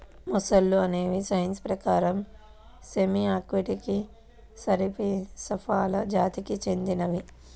మొసళ్ళు అనేవి సైన్స్ ప్రకారం సెమీ ఆక్వాటిక్ సరీసృపాలు జాతికి చెందినవి